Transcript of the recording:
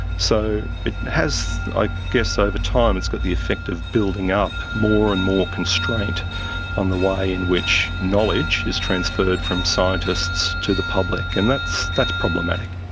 so it has, i guess over time it's got the effect of building up more and more constraint on the way in which knowledge is transferred from scientists to the public, and that's that's problematic.